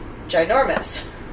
ginormous